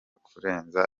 kurenza